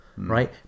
Right